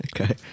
Okay